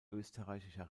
österreichischer